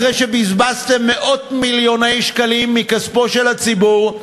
אחרי שבזבזתם מאות-מיליוני שקלים מכספו של הציבור,